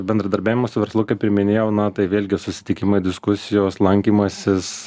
bendradarbiavimas su verslu kaip ir minėjau na tai vėlgi susitikimai diskusijos lankymasis